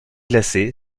glacé